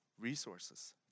resources